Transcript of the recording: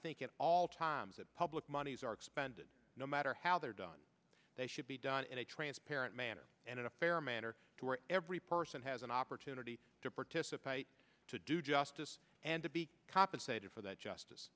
think at all times that public monies are expended no matter how they're done they should be done in a transparent manner and in a fair manner to where every person has an opportunity to participate to do justice and to be compensated for that justice